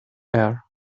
air